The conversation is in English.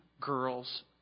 girl's